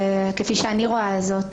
כפי שאני רואה זאת,